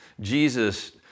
Jesus